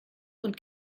und